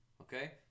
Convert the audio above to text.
okay